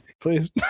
please